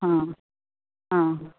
हां हां